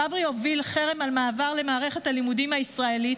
צברי הוביל חרם על מעבר למערכת הלימודים הישראלית,